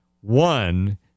One